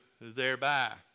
thereby